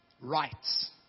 rights